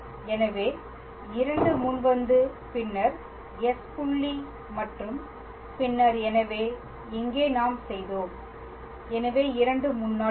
எனவே 2 முன் வந்து பின்னர் s புள்ளி மற்றும் பின்னர் எனவே இங்கே நாம் செய்தோம் எனவே 2 முன்னால் வரும்